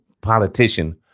politician